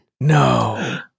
No